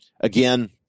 Again